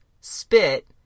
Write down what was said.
spit